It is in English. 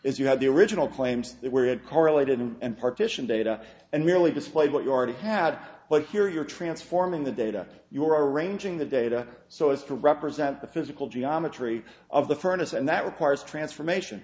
is you had the original claims that were correlated and partition data and merely displayed what you already had but here you are transforming the data you are arranging the data so as to represent the physical geometry of the furnace and that requires transformation